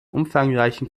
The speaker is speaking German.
umfangreichen